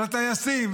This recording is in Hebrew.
של הטייסים,